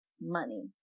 money